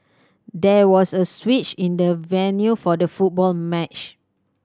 there was a switch in the venue for the football match